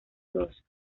dos